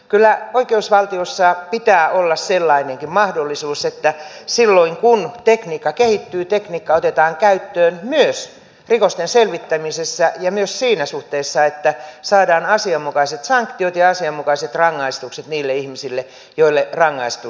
kyllä oikeusvaltiossa pitää olla sellainenkin mahdollisuus että silloin kun tekniikka kehittyy tekniikka otetaan käyttöön myös rikosten selvittämisessä ja myös siinä suhteessa että saadaan asianmukaiset sanktiot ja asianmukaiset rangaistukset niille ihmisille joille rangaistus kuuluu